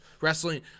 wrestling